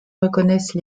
reconnaissent